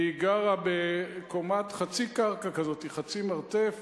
והיא גרה בקומה חצי קרקע כזאת, חצי מרתף,